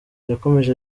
yakomeje